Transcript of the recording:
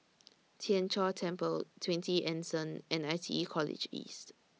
Tien Chor Temple twenty Anson and I T E College East